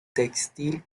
textil